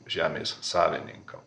žemės savininkam